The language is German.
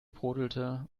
brodelte